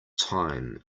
time